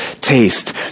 taste